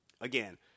Again